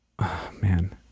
man